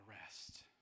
rest